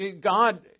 God